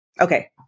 Okay